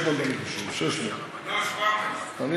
650. 600. לא,